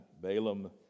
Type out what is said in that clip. Balaam